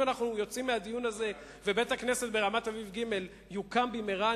אם אנחנו יוצאים מהדיון הזה ובית-הכנסת ברמת-אביב ג' יוקם במהרה,